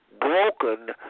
broken